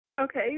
Okay